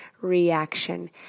reaction